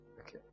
Okay